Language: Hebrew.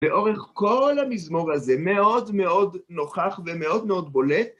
לאורך כל המזמור הזה, מאוד מאוד נוכח ומאוד מאוד בולט..